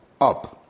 up